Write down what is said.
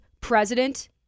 president